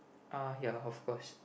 uh ya of course